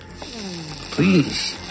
Please